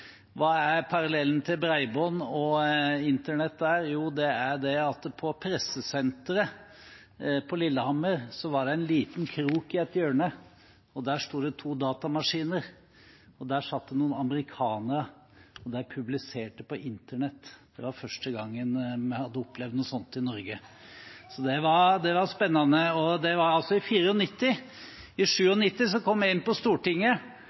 Hva er parallellen til bredbånd og internett der? Jo, det er at på pressesenteret på Lillehammer var det en liten krok i et hjørne, og der sto det to datamaskiner. Der satt det noen amerikanerne, og de publiserte på internett. Det var første gangen vi hadde opplevd noe sånt i Norge. Det var spennende. Det var altså i 1994. I 1997 kom jeg inn på Stortinget,